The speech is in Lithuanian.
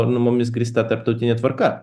nu mumis grįsta tarptautinė tvarka